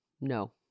no